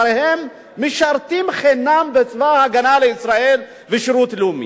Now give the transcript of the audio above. הם משרתים חינם בצבא-ההגנה לישראל ובשירות לאומי.